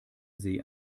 see